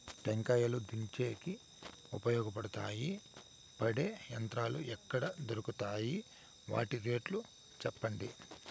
టెంకాయలు దించేకి ఉపయోగపడతాయి పడే యంత్రాలు ఎక్కడ దొరుకుతాయి? వాటి రేట్లు చెప్పండి?